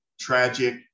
tragic